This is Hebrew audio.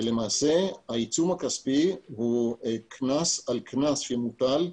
למעשה העיצום הכספי הוא קנס על קנס שמוטל.